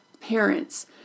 parents